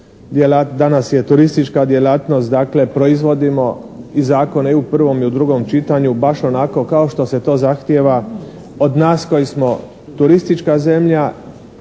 danas je turistička djelatnost. Dakle, proizvodimo i zakone i u prvom i drugom čitanju baš onako kao što se to zahtijeva od nas koji smo turistička zemlja